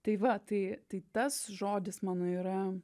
tai va tai tai tas žodis mano yra